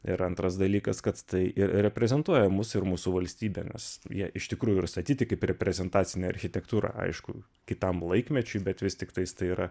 ir antras dalykas kad tai ir reprezentuoja mus ir mūsų valstybę nes jie iš tikrųjų ir statyti kaip reprezentacinė architektūra aišku kitam laikmečiui bet vis tiktais tai yra